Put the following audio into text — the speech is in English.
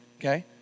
okay